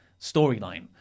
storyline